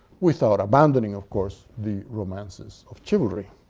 without abandoning, of course, the romances of chivalry.